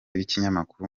b’ikinyamakuru